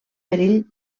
perill